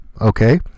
Okay